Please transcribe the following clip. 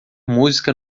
música